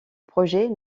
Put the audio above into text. projet